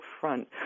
front